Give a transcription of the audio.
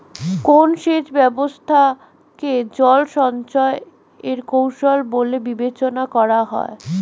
কোন সেচ ব্যবস্থা কে জল সঞ্চয় এর কৌশল বলে বিবেচনা করা হয়?